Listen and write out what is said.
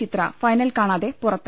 ചിത്ര final കാണാതെ പുറത്ത്